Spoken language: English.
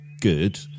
good